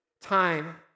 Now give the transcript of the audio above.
time